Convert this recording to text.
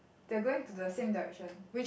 they are going to the same direction